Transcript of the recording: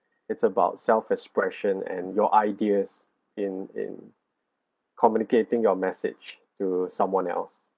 it's about self expression and your ideas in in communicating your message to someone else